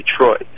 Detroit